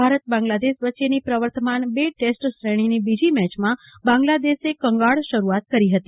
ભારત બાંગ્લાદેશ વચ્ચેની વર્તમાન બે ટેસ્ટ શ્રેણીની બીજી મેચમાં બાંગ્લાદેશે કંગાળ શરૂઆત ક રી હતી